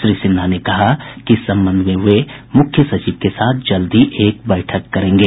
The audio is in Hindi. श्री सिन्हा ने कहा कि इस संबंध में वे मुख्य सचिव के साथ जल्द ही एक बैठक करेंगे